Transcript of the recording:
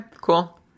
cool